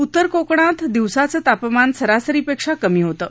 उत्तर कोकणात दिवसाचं तापमान सरासरीपेक्षा कमी होतं